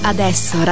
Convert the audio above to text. Adesso